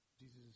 Jesus